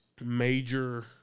major